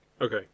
Okay